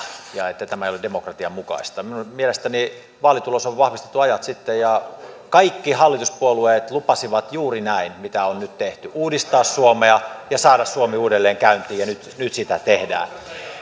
ja että tämä ei ole demokratian mukaista minun mielestäni vaalitulos on vahvistettu ajat sitten ja kaikki hallituspuolueet lupasivat juuri näin mitä on nyt tehty uudistaa suomea ja saada suomi uudelleen käyntiin ja nyt sitä tehdään